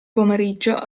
pomeriggio